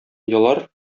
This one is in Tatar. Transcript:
елар